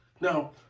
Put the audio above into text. now